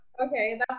okay